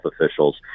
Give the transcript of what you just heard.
officials